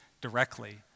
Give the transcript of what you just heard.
directly